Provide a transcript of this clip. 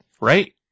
Right